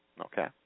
Okay